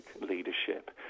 leadership